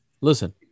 Listen